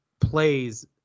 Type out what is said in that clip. plays